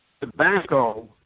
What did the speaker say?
Tobacco